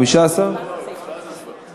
לא לא, הצבענו כבר.